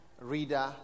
reader